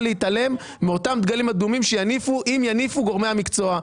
להתעלם מאותם דגלים אדומים שיניפו אם יניפו גורמי המקצוע.